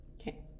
okay